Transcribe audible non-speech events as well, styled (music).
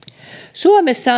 suomessa (unintelligible)